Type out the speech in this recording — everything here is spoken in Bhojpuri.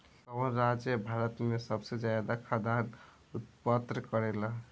कवन राज्य भारत में सबसे ज्यादा खाद्यान उत्पन्न करेला?